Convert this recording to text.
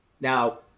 now